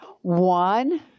One